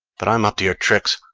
but i'm up to your tricks.